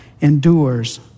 endures